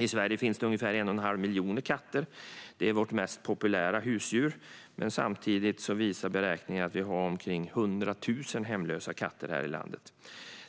I Sverige finns det ungefär 1 1⁄2 miljon katter, och det är vårt mest populära husdjur. Samtidigt visar beräkningar att vi har omkring 100 000 hemlösa katter i landet.